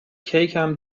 کیکم